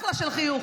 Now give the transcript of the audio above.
אחלה של חיוך.